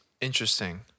Interesting